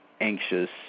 anxious